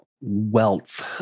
wealth